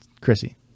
Chrissy